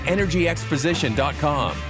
EnergyExposition.com